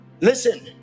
Listen